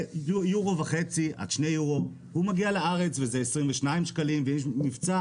יורו וחצי עד שני יורו והוא מגיע לארץ וזה עולה 22 שקלים וכשיש מבצע,